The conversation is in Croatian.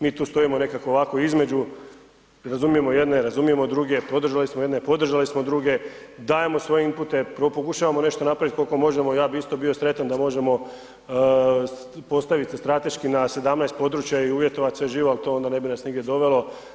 Mi tu stojimo nekako ovako između, razumijemo jedne, razumijemo druge, podržali smo jedne, podržali smo druge, daje svoje impute, pokušavamo nešto napravit koliko možemo, ja bi isto bio sretan da možemo postaviti se strateški na 17 područja i uvjetovati sve živo, ali to onda ne bi nas nigdje dovelo.